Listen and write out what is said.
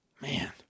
Man